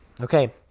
okay